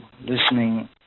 listening